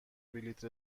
بلیط